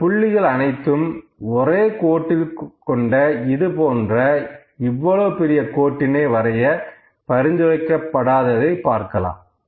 இந்த புள்ளிகள் அனைத்தும் ஒரே கோட்டில் கொண்ட இது போன்ற இவ்வளவு பெரிய கோட்டினை வரைய பரிந்துரைக்கப்படாததைப் பார்க்கலாம்